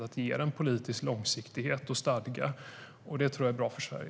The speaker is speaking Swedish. Det ger en politisk långsiktighet och stadga. Det tror jag är bra för Sverige.